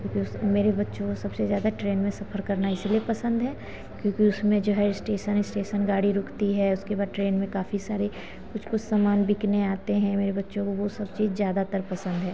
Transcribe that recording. क्योंकि उस मेरे बच्चों को सबसे ज़्यादा ट्रेन में सफ़र करना इसलिए पसन्द है क्योंकि उसमें जो है इस्टेशन इस्टेशन गाड़ी रुकती है उसके बाद ट्रेन में काफ़ी सारे कुछ कुछ सामान बिकने आते हैं मेरे बच्चों को वह सब चीज़ ज़्यादातर पसन्द है